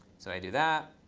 so i do that.